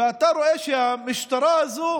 ואתה רואה שהמשטרה הזו